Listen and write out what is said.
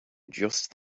just